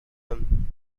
him